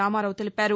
రామారావు తెలిపారు